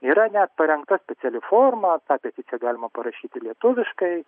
yra net parengta speciali forma tą peticiją galima parašyti lietuviškai